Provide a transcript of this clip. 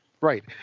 right